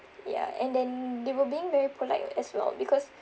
ya and then they were being very polite as well because